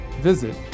visit